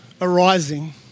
arising